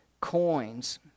Coins